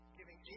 giving